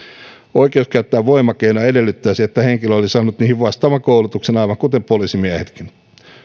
oikeus käyttää voimakeinoja edellyttäisi että henkilö olisi saanut niihin vastaavan koulutuksen aivan kuten poliisimiehetkin